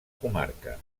comarca